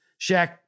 Shaq